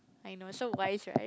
I know so wise right